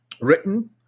written